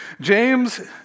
James